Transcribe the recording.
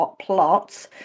plot